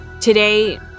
Today